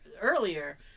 earlier